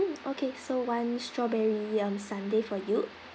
mm okay so one strawberry um sundae for you